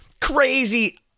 crazy